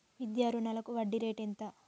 విద్యా రుణాలకు వడ్డీ రేటు ఎంత?